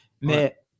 Mais